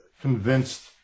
convinced